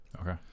Okay